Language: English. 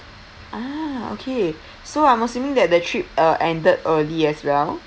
ah okay so I'm assuming that the trip uh ended early as well